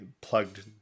plugged